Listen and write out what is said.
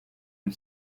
and